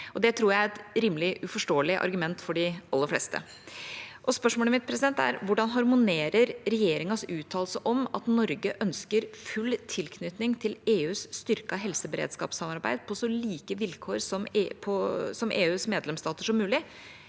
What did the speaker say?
Det tror jeg er et rimelig uforståelig argument for de aller fleste. Spørsmålet mitt er: Hvordan harmonerer regjeringas uttalelse om at Norge ønsker full tilknytning til EUs styrkede helseberedskapssamarbeid og på så like vilkår som EUs medlemsstater som mulig,